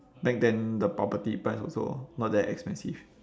back then the property price also not that expensive